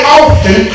often